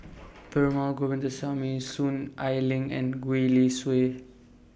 Perumal Govindaswamy Soon Ai Ling and Gwee Li Sui